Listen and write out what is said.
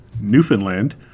Newfoundland